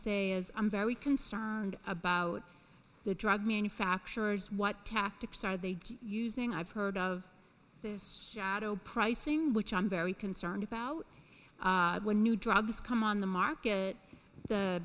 say is i'm very concerned about the drug manufacturers what tactics are they using i've heard of this pricing which i'm very concerned about when new drugs come on the market the